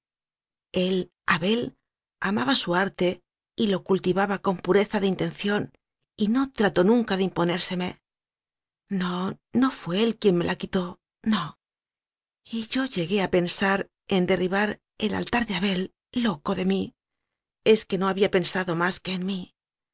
el abel amaba su arte y lo cultivaba con pureza de intención y no trató nunca de imponérseme no no fué él quien me la quitó no y yo llegué a pensar en derribar el altar de abel loco de mí y es que no había pensado más que en mí